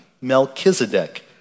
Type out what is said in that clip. Melchizedek